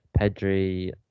Pedri